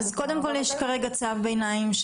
יש עכשיו צו ביניים,